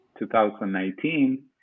2019